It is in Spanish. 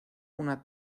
una